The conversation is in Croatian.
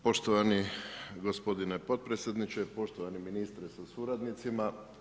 Poštovani gospodine potpredsjedniče, poštovani ministre sa suradnicima.